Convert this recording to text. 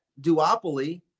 duopoly